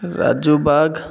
Raju Bag